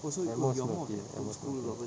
I'm more smoothie I'm more smoothie